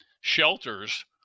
shelters